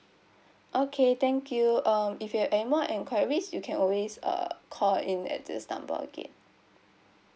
okay thank you um if you have anymore enquiries you can always uh call in at this number again